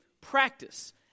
practice